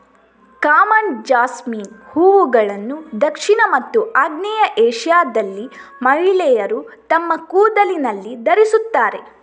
common jasmine ಹೂವುಗಳನ್ನು ದಕ್ಷಿಣ ಮತ್ತು ಆಗ್ನೇಯ ಏಷ್ಯಾದಲ್ಲಿ ಮಹಿಳೆಯರು ತಮ್ಮ ಕೂದಲಿನಲ್ಲಿ ಧರಿಸುತ್ತಾರೆ